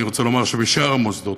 אני רוצה לומר שבשאר המוסדות,